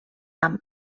amb